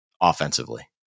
offensively